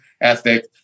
ethic